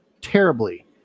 terribly